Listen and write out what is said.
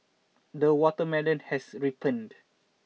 the watermelon has ripened